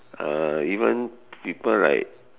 uh even people like